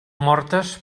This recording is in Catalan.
mortes